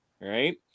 right